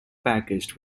packaged